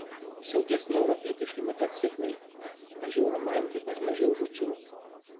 saugesni europietiški motociklai mažiau romantikos mažiau žūčių